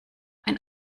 ein